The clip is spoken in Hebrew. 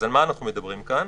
על מה אנחנו מדברים כאן?